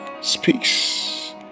speaks